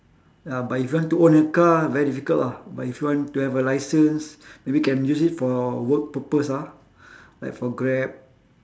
ya but if you want to own a car very difficult ah but if you want to have a license maybe can use it for work purpose ah like for grab